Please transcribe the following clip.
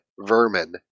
Vermin